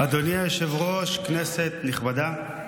אדוני היושב-ראש, כנסת נכבדה,